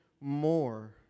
more